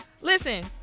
Listen